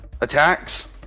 attacks